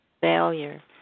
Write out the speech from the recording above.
Failure